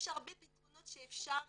יש הרבה פתרונות שאפשר